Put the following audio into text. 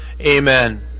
amen